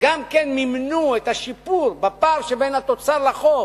גם כן מימנו את השיפור בפער שבין התוצר לחוב